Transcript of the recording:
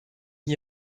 n’y